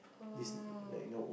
!wah!